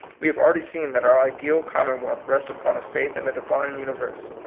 we have already seen that our ideal commonwealth rests upon a faith in a di vine universe.